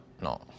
no